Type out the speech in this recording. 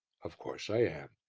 of course i am.